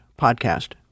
podcast